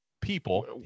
people